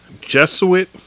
Jesuit